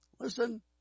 Listen